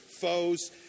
foes